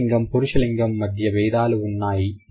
స్త్రీ లింగం పురుష లింగం మధ్య బేధాలు ఉన్నాయి